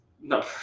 No